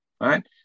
right